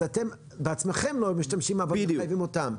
אז אתם בעצמכם לא משתמשים אבל מחייבים אותם.